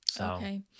Okay